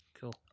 Cool